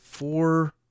four